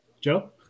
Joe